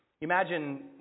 Imagine